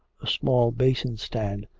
a small basin-stand,